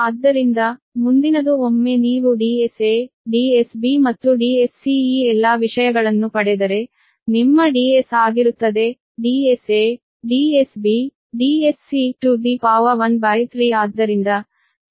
ಆದ್ದರಿಂದ ಮುಂದಿನದು ಒಮ್ಮೆ ನೀವು Dsa Dsb ಮತ್ತು Dsc ಈ ಎಲ್ಲಾ ವಿಷಯಗಳನ್ನು ಪಡೆದರೆ ನಿಮ್ಮ Ds ಆಗಿರುತ್ತದೆ 13 ಆದ್ದರಿಂದ ಈ ಎಲ್ಲಾ 3 ಅಭಿವ್ಯಕ್ತಿಗಳನ್ನು ಬದಲಿಸಿ